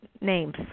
names